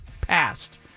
passed